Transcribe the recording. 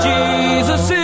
Jesus